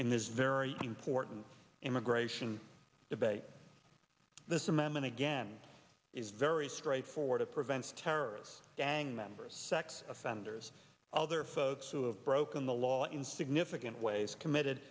this very important immigration debate this amendment again is very straightforward it prevents terrorists gang members sex offenders other folks who have broken the law in significant ways committed